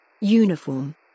Uniform